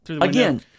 Again